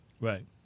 Right